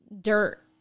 dirt